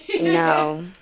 No